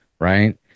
right